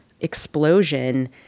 explosion